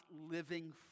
living